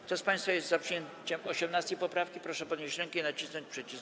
Kto z państwa jest za przyjęciem 18. poprawki, proszę podnieść rękę i nacisnąć przycisk.